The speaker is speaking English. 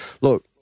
look